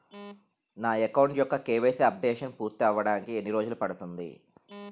నా అకౌంట్ యెక్క KYC updation పూర్తి అవ్వడానికి ఎన్ని రోజులు పడుతుంది?